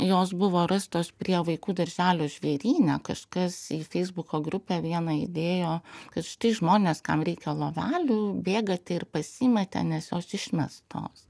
jos buvo rastos prie vaikų darželio žvėryne kažkas į feisbuko grupę vieną įdėjo kad štai žmonės kam reikia lovelių bėgate ir pasiimate nes jos išmestos